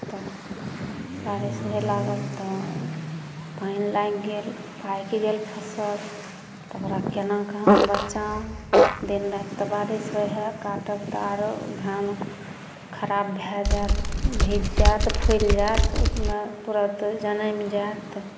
तऽ बारिश होबे लागल तऽ पानि लागि गेल पाकि गेल फसल तऽ ओकरा केना कऽ हम बचाउ दिन राति तऽ बारिश होइ हइ काटब तऽ आरो धान खराब भए जायत भीज जायत फुलि जायत ओहिमे तुरंत जनैम जायत